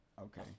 Okay